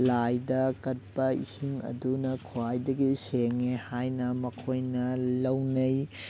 ꯂꯥꯏꯗ ꯀꯠꯄ ꯏꯁꯤꯡ ꯑꯗꯨꯅ ꯈ꯭ꯋꯥꯏꯗꯒꯤ ꯁꯦꯡꯉꯦ ꯍꯥꯏꯅ ꯃꯈꯣꯏꯅ ꯂꯧꯅꯩ